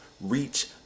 reach